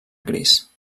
gris